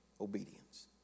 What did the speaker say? obedience